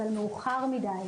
אבל מאוחר מידי,